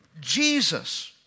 Jesus